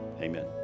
amen